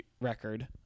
record